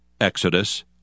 Exodus